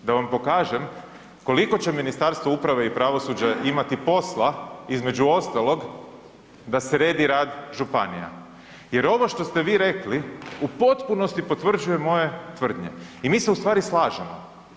Da vam pokažem koliko će Ministarstvo uprave i pravosuđa imati posla, između ostalog da se redi rad županija jer ovo što ste vi rekli u potpunosti potvrđuje moje tvrdnje i mi se u stvari slažemo.